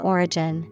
Origin